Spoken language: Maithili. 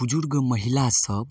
बुजुर्ग महिलासभ